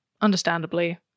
understandably